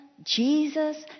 Jesus